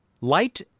light